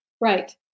Right